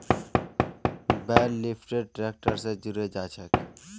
बेल lifter tractor स जुड़े जाछेक